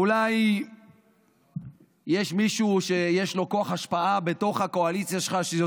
אולי יש מישהו בתוך הקואליציה שלך שיש